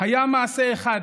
היה מעשה אחד,